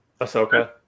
Ahsoka